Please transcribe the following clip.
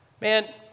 Man